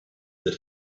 that